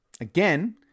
Again